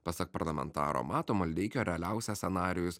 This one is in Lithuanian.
pasak parlamentaro mato maldeikio realiausias scenarijus